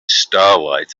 starlight